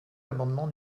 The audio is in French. l’amendement